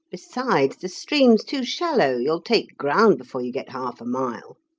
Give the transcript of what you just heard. besides, the stream's too shallow you'll take ground before you get half a mile.